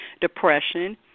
depression